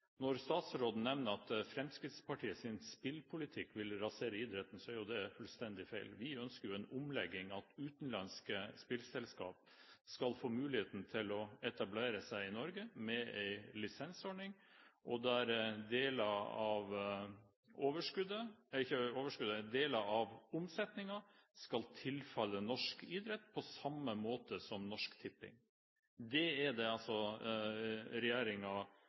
Når statsråden nevner at Fremskrittspartiets spillpolitikk vil rasere idretten, er jo det fullstendig feil. Vi ønsker en omlegging, at utenlandske spillselskaper skal få muligheten til å etablere seg i Norge med en lisensordning, og der deler av omsetningen skal tilfalle norsk idrett på samme måte som med Norsk Tipping. Det er det